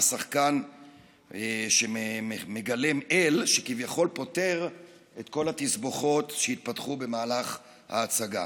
שחקן שמגלם אל וכביכול פותר את כל התסבוכות שהתפתחו במהלך ההצגה.